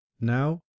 Now